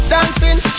Dancing